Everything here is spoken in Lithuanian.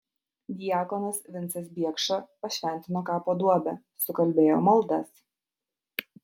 diakonas vincas biekša pašventino kapo duobę sukalbėjo maldas